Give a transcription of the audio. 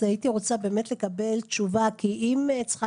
הייתי רוצה באמת לקבל תשובה כי אם צריכה